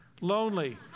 lonely